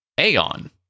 Aeon